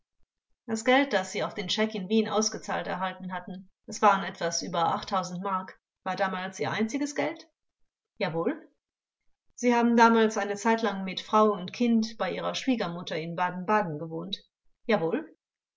das geld das sie auf den scheck in wien ausgezahlt erhalten hatten es waren etwas über mark war damals ihr einziges geld angekl jawohl vors sie haben damals eine zeitlang mit frau und kind bei ihrer schwiegermutter in baden-baden gewohnt angekl jawohl